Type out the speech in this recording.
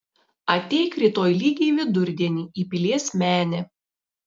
ateik rytoj lygiai vidurdienį į pilies menę